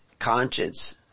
conscience